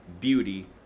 beauty